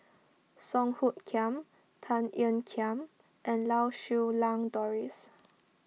Song Hoot Kiam Tan Ean Kiam and Lau Siew Lang Doris